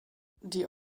die